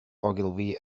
ogilvy